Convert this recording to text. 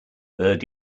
blurred